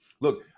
look